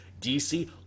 DC